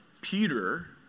Peter